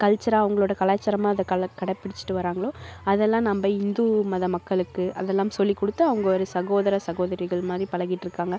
கல்ச்சராக அவங்களோட கலாச்சாரமாக அதை கடைப்பிடிச்சிட்டு வராங்களோ அதெல்லாம் நம்ம இந்து மத மக்களுக்கு அதெல்லாம் சொல்லி கொடுத்து அவங்க ஒரு சகோதர சகோதரிகள் மாதிரி பழகிட்டிருக்காங்க